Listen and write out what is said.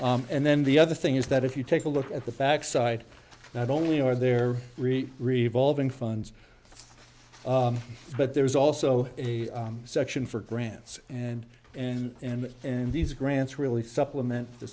and then the other thing is that if you take a look at the facts side not only are there re revolving funds but there's also a section for grants and and and and these grants really supplement t